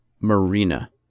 marina